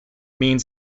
means